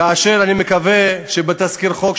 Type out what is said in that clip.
כאשר אני מקווה שבתזכיר החוק,